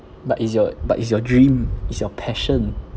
but it's your but it's your dream it's your passion